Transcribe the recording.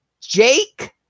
Jake